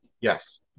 Yes